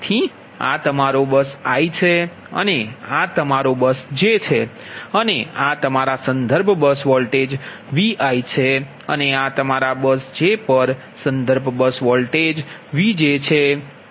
તેથી આ તમારો બસ i છે અને આ તમારો બસ J છે અને આ તમારા સંદર્ભ બસ વોલ્ટેજ Vi છે અને આ તમારા બસ J પર સંદર્ભ વોલ્ટેજ Vj છે